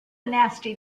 nasty